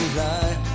lie